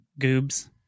goobs